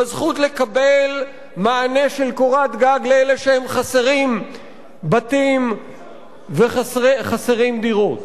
בזכות לקבל מענה של קורת גג לאלה שהם חסרים בתים וחסרים דירות.